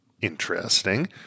interesting